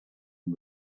and